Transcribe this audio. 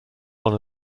one